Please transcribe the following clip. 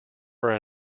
are